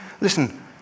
listen